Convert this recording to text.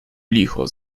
licho